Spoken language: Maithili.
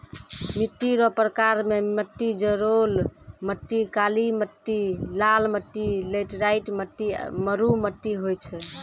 मिट्टी रो प्रकार मे मट्टी जड़ोल मट्टी, काली मट्टी, लाल मट्टी, लैटराईट मट्टी, मरु मट्टी होय छै